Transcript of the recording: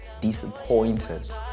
disappointed